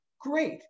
Great